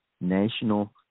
national